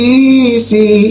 easy